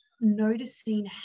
noticing